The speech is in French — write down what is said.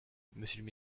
monsieur